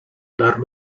dar